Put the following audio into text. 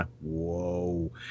Whoa